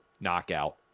knockout